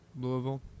Louisville